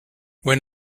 when